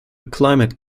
climate